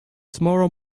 tomorrow